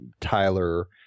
Tyler